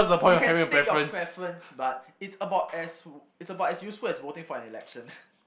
you can state your preference but it's about as it's about as useful as voting for an election